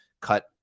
cut